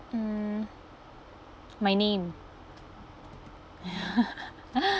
mm my name